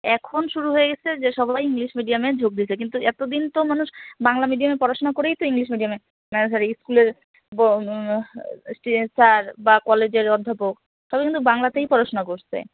এখন শুরু হয়ে গেসে যে সবাই ইংলিশ মিডিয়ামে যোগ দিচ্ছে কিন্তু এতো দিন তো মানুষ বাংলা মিডিয়ামে পড়াশোনা করেই তো ইংলিশ মিডিয়ামে মানে যারা ইস্কুলের ব সে স্যার বা কলেজের অধ্যাপক তারা কিন্তু বাংলাতেই পড়াশুনা করছে